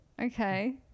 Okay